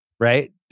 Right